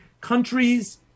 Countries